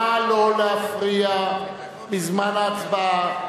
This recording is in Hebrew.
נא לא להפריע בזמן ההצבעה.